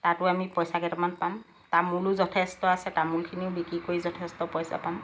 তাতো আমি পইচা কেইটামান পাম তামোলো যথেষ্ট আছে তামোলখিনিও বিক্ৰী কৰি যথেষ্ট পইচা পাম